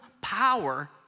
power